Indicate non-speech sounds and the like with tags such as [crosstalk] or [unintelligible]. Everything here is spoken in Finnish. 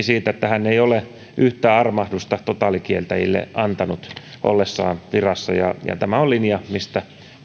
[unintelligible] siitä että hän ei ole yhtään armahdusta totaalikieltäytyjille antanut ollessaan virassa ja ja tämä on linja mistä